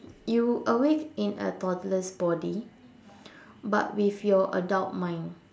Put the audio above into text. you awake in a toddler's body but with your adult mind